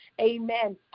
amen